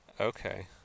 Okay